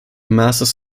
masses